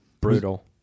Brutal